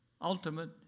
ultimate